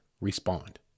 respond